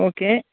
okay